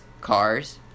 cars